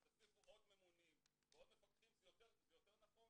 תוסיפו עוד ממונים ומפקחים זה יותר נכון.